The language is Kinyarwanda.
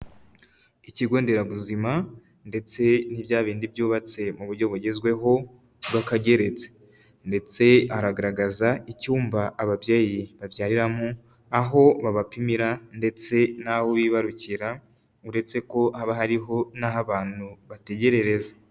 Ikigo nderabuzima ndetse ni bya bindi byubatse mu buryo bugezweho bw'akageretse ndetse garagaza icyumba ababyeyi babyariramo aho babapimira ndetse naho bibarukira uretse ko haba hariho naho abantu bategererereza.